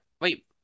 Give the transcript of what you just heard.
Wait